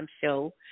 show